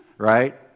right